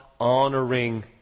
honoring